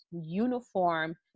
uniform